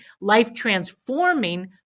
life-transforming